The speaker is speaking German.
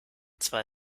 zwei